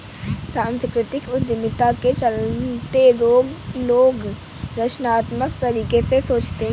सांस्कृतिक उद्यमिता के चलते लोग रचनात्मक तरीके से सोचते हैं